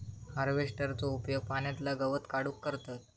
हार्वेस्टरचो उपयोग पाण्यातला गवत काढूक करतत